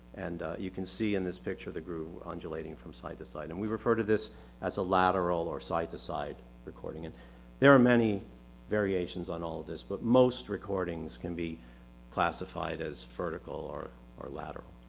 and you can see in this picture, the groove undulating from side-to-side. and we refer to this as a lateral or side-to-side recording. and there are many variations on all of this, but most recordings can be classified as vertical or or lateral.